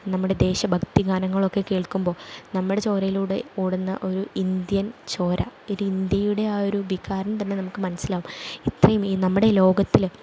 നമ്മുടെ ദേശഭക്തി ഗാനങ്ങളൊക്കെ കേൾക്കുമ്പോൾ നമ്മുടെ ചോരയിലൂടെ ഓടുന്ന ഒരു ഇന്ത്യൻ ചോര ഒരിന്ത്യയുടെ ആ ഒരു വികാരം തന്നെ നമുക്ക് മനസ്സിലാകും എത്രയും നമ്മുടെ ഈ ലോകത്തിൽ